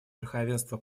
верховенства